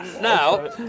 Now